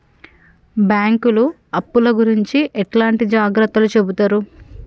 బ్యాంకులు అప్పుల గురించి ఎట్లాంటి జాగ్రత్తలు చెబుతరు?